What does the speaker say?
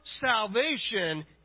salvation